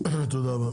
תודה רבה.